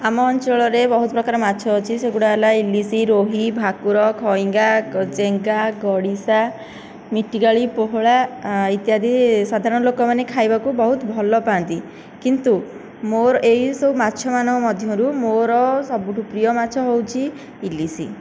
ଆମ ଅଞ୍ଚଳରେ ବହୁତ ପ୍ରକାର ମାଛ ଅଛି ସେଗୁଡ଼ା ହେଲା ଇଲିଶି ରୋହି ଭାକୁର ଖଇଙ୍ଗା ଚେଙ୍ଗା ଗଡ଼ିଶା ମିଟିକାଳି ପୋହଳା ଇତ୍ୟାଦି ସାଧାରଣ ଲୋକମାନେ ଖାଇବାକୁ ବହୁତ ଭଲ ପାଆନ୍ତି କିନ୍ତୁ ମୋର ଏହିସବୁ ମାଛମାନଙ୍କ ମଧ୍ୟରୁ ମୋର ସବୁଠାରୁ ପ୍ରିୟ ମାଛ ହେଉଛି ଇଲିଶି